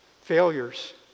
failures